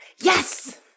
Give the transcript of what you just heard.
yes